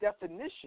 definition